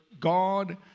God